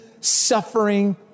suffering